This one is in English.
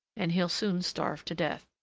and he'll soon starve to death.